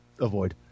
avoid